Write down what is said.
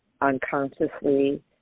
unconsciously